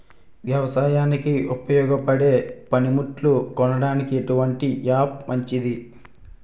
వ్యవసాయానికి ఉపయోగపడే పనిముట్లు కొనడానికి ఎటువంటి యాప్ మంచిది?